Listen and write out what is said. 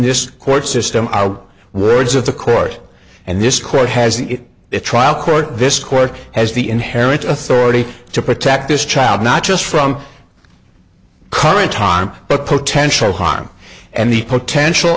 this court system are words of the court and this court has the trial court this court has the inherent authority to protect this child not just from the current time but potential harm and the potential